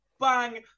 bang